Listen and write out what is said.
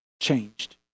changed